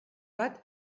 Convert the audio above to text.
bat